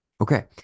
Okay